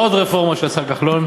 עוד רפורמה של השר כחלון,